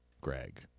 Greg